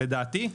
לדעתי,